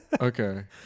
okay